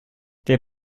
der